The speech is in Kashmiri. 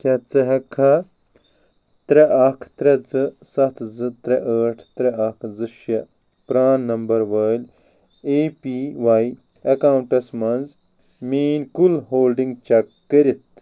کیٛاہ ژٕ ہیٛکہِ کھا ترٛےٚ اکھ ترٛےٚ زٕ ستھ زٕ ترٛےٚ ٲٹھ ترٛےٚ اکھ زٕ شےٚ پرٛان نمبر وٲلۍ اے پی واے ایٚکاونٛٹس مَنٛز میٛٲنۍ کل ہولڈنٛگ چیٚک کٔرتھ